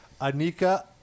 anika